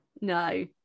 No